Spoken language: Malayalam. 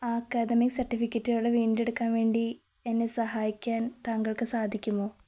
ആ അക്കാദമിക് സർട്ടിഫിക്കറ്റുകള് വീണ്ടെടുക്കാൻ വേണ്ടി എന്നെ സഹായിക്കാൻ താങ്കൾക്ക് സാധിക്കുമോ